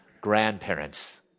Grandparents